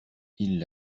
ils